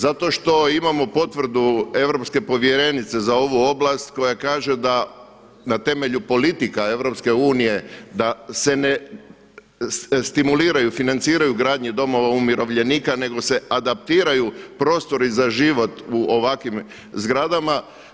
Zato što imamo potvrdu europske povjerenice za ovu oblast koja kaže da na temelju politika EU da se ne stimuliraju, financiraju ugradnja domova umirovljenika nego se adaptiraju prostori za život u ovakvim zgradama.